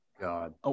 God